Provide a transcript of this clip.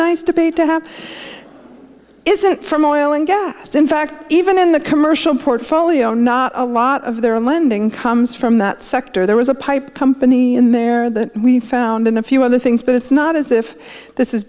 nice debate to have is that from oil and gas in fact even in the commercial portfolio not a lot of their lending comes from that sector there was a pipe company in there that we found in a few other things but it's not as if this is